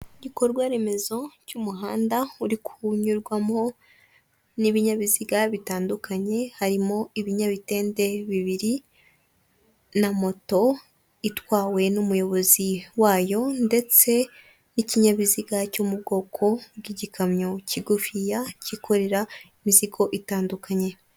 Igikorwa remezo cy'umuhanda uri kunyurwamo n'ibinyabiziga bitandukanye, harimo ibinyabitende bibiri na moto itwawe n'umuyobozi wayo ndetse n'ikinyabiziga cyo mu bwoko bw'igikamyo kigufiya kikorera imizigo itandukanye.